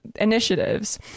initiatives